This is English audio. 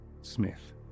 Smith